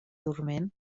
dorment